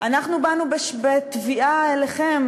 אנחנו באנו בתביעה אליכם,